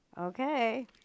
Okay